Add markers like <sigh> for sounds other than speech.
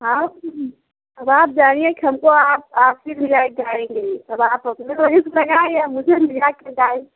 हाँ अब आप जानिए कि हमको आप <unintelligible> अब आप अपने वजह से लगाएं है या <unintelligible>